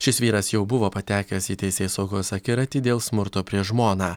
šis vyras jau buvo patekęs į teisėsaugos akiratį dėl smurto prieš žmoną